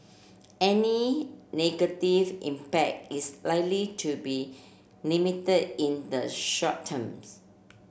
any negative impact is likely to be limited in the short terms